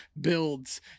builds